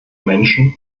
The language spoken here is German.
menschen